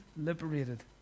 liberated